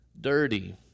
dirty